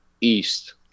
East